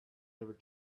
never